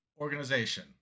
organization